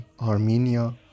Armenia